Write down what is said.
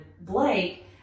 Blake